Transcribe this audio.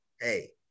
Hey